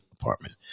apartment